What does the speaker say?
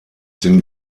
den